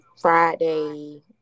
Friday